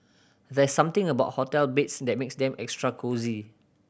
there's something about hotel beds that makes them extra cosy